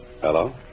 Hello